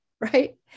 right